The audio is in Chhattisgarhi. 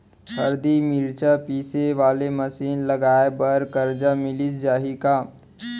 हरदी, मिरचा पीसे वाले मशीन लगाए बर करजा मिलिस जाही का?